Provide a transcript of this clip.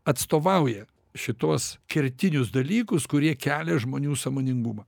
atstovauja šituos kertinius dalykus kurie kelia žmonių sąmoningumą